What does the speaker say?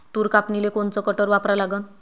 तूर कापनीले कोनचं कटर वापरा लागन?